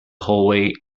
hallway